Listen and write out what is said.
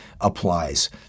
applies